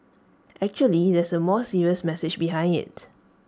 actually there's A more serious message behind IT